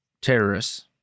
terrorists